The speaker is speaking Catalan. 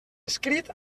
escrit